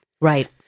Right